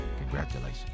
congratulations